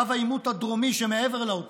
קו העימות הדרומי שמעבר לעוטף,